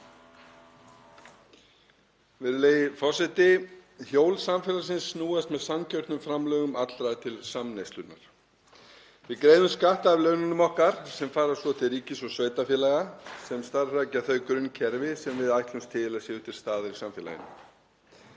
Virðulegi forseti. Hjól samfélagsins snúast með sanngjörnum framlögum allra til samneyslunnar. Við greiðum skatta af laununum okkar sem fara svo til ríkis og sveitarfélaga sem starfrækja þau grunnkerfi sem við ætlumst til að séu til staðar í samfélaginu.